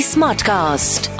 Smartcast